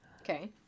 Okay